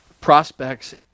prospects